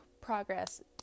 Progress